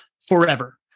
forever